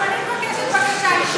גם אני מבקשת בקשה אישית.